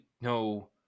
no